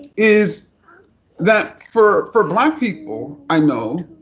is that for for black people i know,